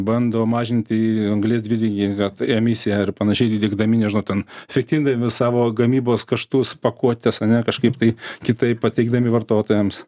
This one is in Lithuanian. bando mažinti anglies dvideginio emisiją ir panašiai diegdami nežinau ten efektindami savo gamybos kaštus pakuotes ane kažkaip tai kitaip pateikdami vartotojams